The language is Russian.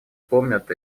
помнят